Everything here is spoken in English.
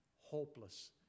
hopeless